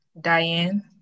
Diane